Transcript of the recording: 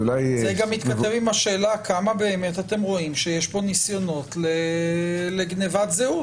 זה גם מתכתב עם השאלה כמה באמת אתם רואים שיש פה ניסיונות לגניבת זהות.